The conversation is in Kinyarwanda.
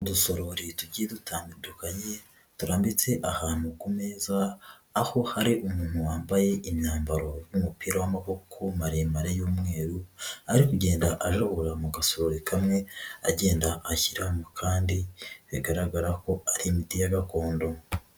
Udusorori tugiye dutandukanye turambitse ahantu ku meza aho hari umuntu wambaye imyambaro n'umupira w'amaboko maremare y'umweru ari kugenda ajogora mu gasorori kamwe agenda ashyiramo kandi bigaragara ko ari imiti gakondo.